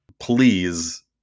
please